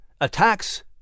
Attacks